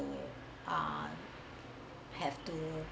~o ah have to